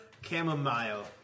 Chamomile